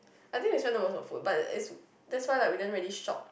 I think they try use our food but it's that's why we didn't really shop